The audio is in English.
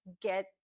get